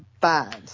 bad